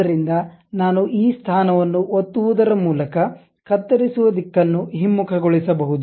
ಆದ್ದರಿಂದ ನಾನು ಈ ಸ್ಥಾನವನ್ನು ಒತ್ತುವದರ ಮೂಲಕ ಕತ್ತರಿಸುವ ದಿಕ್ಕನ್ನು ಹಿಮ್ಮುಖಗೊಳಿಸಬೇಕು